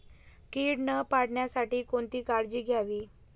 कीड न पडण्यासाठी कोणती काळजी घ्यावी?